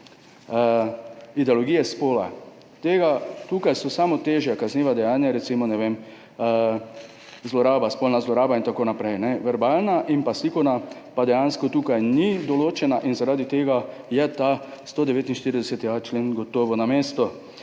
ideologije spola. Tukaj so samo težja kazniva dejanja, recimo spolna zloraba in tako naprej, verbalna in slikovna pa dejansko tukaj niso določena, zaradi tega je ta 149.a člen gotovo na mestu.